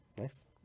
Nice